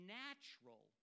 natural